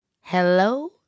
Hello